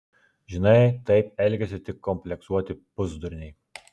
žinai taip elgiasi tik kompleksuoti pusdurniai